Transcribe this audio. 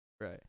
Right